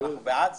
אנחנו בעד זה.